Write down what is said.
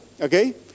okay